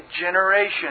generation